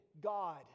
God